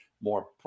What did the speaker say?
more